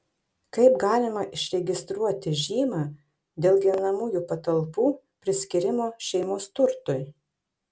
kaip galima išregistruoti žymą dėl gyvenamųjų patalpų priskyrimo šeimos turtui